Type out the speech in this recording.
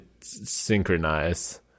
synchronize